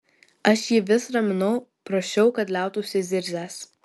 aš jį vis raminau prašiau kad liautųsi zirzęs